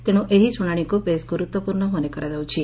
ତେଶୁ ଏହି ଶୁଶାଶିକୁ ବେଶ୍ ଗୁରୁତ୍ୱପୂର୍ଶ୍ଣ ମନେକରାଯାଉଛି